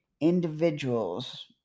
Individuals